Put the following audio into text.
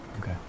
Okay